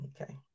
okay